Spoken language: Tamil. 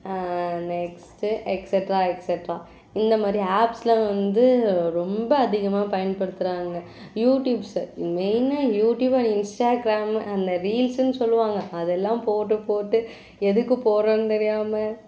நெக்ஸ்ட்டு எக்ஸட்ரா எக்ஸட்ரா இந்த மாதிரி ஆப்ஸ்லாம் வந்து ரொம்ப அதிகமாக பயன்படுத்துகிறாங்க யூடியூப்ஸு இது மெயின்னாக யூடியூப் அண்ட் இன்ஸ்டாக்ராம் அந்த ரீல்ஸுன்னு சொல்லுவாங்கள் அதெல்லாம் போட்டு போட்டு எதுக்கு போடுறோன்னு தெரியாமல்